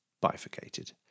bifurcated